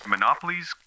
Monopolies